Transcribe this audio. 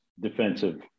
Defensive